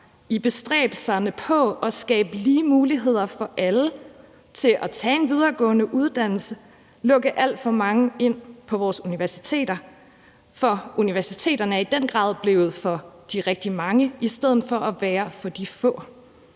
i bestræbelserne på at skabe lige muligheder for alle til at tage en videregående uddannelse lukket alt for mange ind på vores universiteter, for universiteterne er blevet for de rigtig mange i stedet for at være for de få.